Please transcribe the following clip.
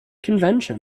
convention